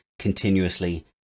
continuously